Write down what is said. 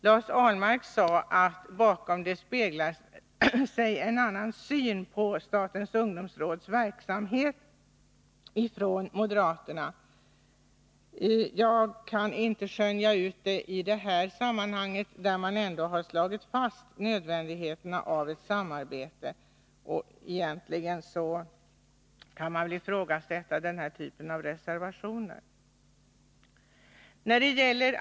Lars Ahlmark sade att bakom detta ligger en annan syn hos moderaterna på statens ungdomsråds verksamhet. Jag kan inte förstå det i detta sammanhang, där man ändå slagit fast nödvändigheten av ett samarbete. Egentligen kan man över huvud taget ifrågasätta den här typen av reservationer.